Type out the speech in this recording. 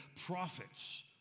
prophets